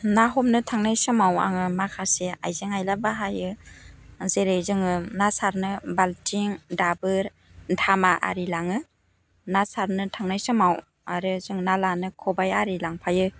ना हमनो थांनाय समाव आङो माखासे आइजें आइला बाहायो जेरै जोङो ना सारनो बाल्थिं दाबोर धामा आरि लाङो ना सारनो थांनाय सामाव आरो जों ना लानो ख'बाय आरि लांफायो